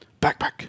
Backpack